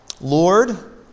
Lord